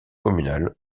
communal